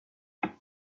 mais